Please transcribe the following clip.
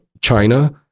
China